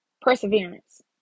Perseverance